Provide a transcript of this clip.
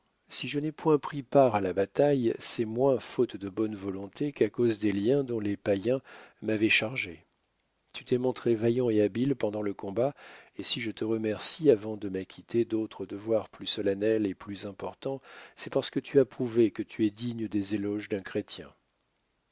si je n'ai point pris part à la bataille c'est moins faute de bonne volonté qu'à cause des liens dont les païens m'avaient chargé tu t'es montré vaillant et habile pendant le combat et si je te remercie avant de m'acquitter d'autres devoirs plus solennels et plus importants c'est parce que tu as prouvé que tu es digne des éloges d'un chrétien